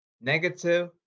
Negative